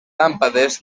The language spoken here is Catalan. làmpades